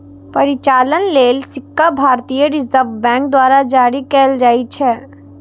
परिचालन लेल सिक्का भारतीय रिजर्व बैंक द्वारा जारी कैल जाइ छै